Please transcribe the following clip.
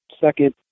Second